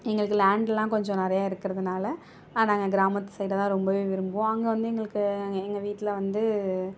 எங்களுக்கு லாண்ட்லாம் கொஞ்சம் நிறையா இருக்கிறதுனால அதை நாங்க கிராமத்து சைட்தான் ரொம்பவே விரும்புவோம் அங்கே வந்து எங்களுக்கு எங்கள் வீட்டில் வந்து